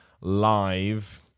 live